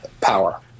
power